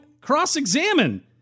cross-examine